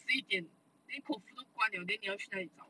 十一点 then 口福都关 liao then 你要去哪里找